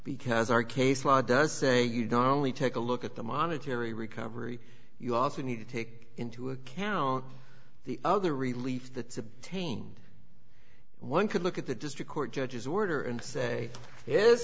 because our case law does say only take a look at the monetary recovery you also need to take into account the other relief the taint one could look at the district court judge's order and say